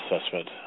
assessment